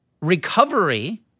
recovery